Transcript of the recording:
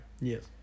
Yes